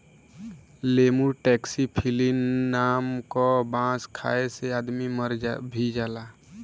lemur taxiphyllin नाम क बांस खाये से आदमी मर भी जाला